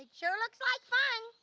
sure looks like fun.